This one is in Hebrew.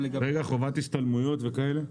חובת השתלמויות וכאלה?